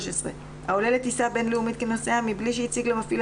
העולה לטיסה בין-לאומית כנוסע מבלי שהציג למפעיל